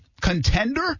Contender